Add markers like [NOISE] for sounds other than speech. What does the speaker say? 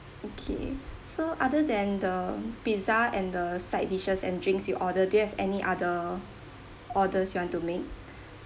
okay so other than the pizza and the side dishes and drinks you order they have any other orders you want to make [BREATH]